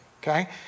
Okay